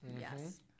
Yes